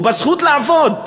ובזכות לעבוד,